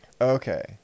Okay